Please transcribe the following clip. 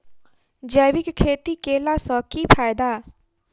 जैविक खेती केला सऽ की फायदा?